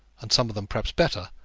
and some of them perhaps better,